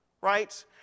Right